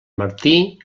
martí